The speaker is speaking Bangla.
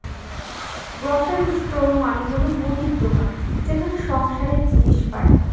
গ্রসারি স্টোর মানে হল মুদির দোকান যেখানে সংসারের জিনিস পাই